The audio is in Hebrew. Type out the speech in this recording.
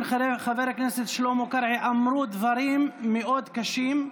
וחבר הכנסת שלמה קרעי אמרו דברים מאוד קשים,